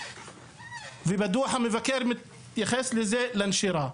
ובדוח המבקר מתייחס לנשירה,